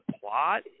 plot